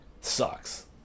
Sucks